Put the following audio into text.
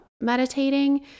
meditating